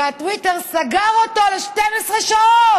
והטוויטר סגר אותו ל-12 שעות?